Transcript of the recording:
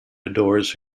adores